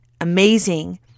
amazing